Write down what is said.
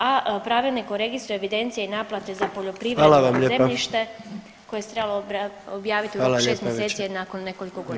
A Pravilnik o registru evidencije i naplate za poljoprivredno zemljište [[Upadica: Hvala vam lijepa.]] koje se trebalo objaviti u 6 mjeseci je nakon nekoliko godina